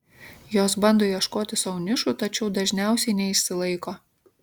jos bando ieškoti sau nišų tačiau dažniausiai neišsilaiko